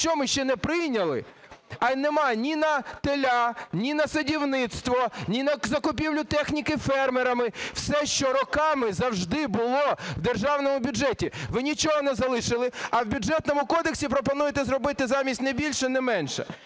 що ми ще не прийняли, а немає ні на теля, ні на садівництво, ні на закупівлю техніки фермерами. Все, що роками завжди було в державному бюджеті, ви нічого не залишили, а в Бюджетному кодексі пропонуєте зробити замість не більше не менше.